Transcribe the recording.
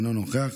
אינו נוכח,